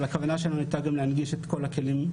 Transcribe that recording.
אבל הכוונה שלנו הייתה גם להנגיש את כל הכלים.